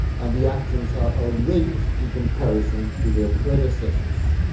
and the actions are outrageous in comparison to their predecessors.